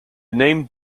name